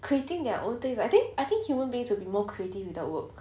creating their own things I think I think human beings will be more creative without work